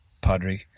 Padre